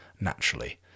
naturally